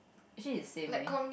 actually is same leh